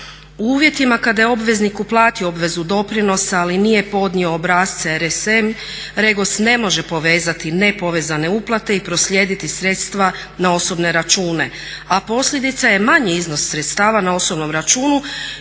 U uvjetima kada je obveznik uplatio obvezu doprinosa ali nije podnio obrasce …/Govornik se ne razumije./… Regos ne može povezati nepovezane uplate i proslijediti sredstva na osobne račune. A posljedica je manji iznos sredstava na osobnom računu